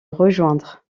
rejoindre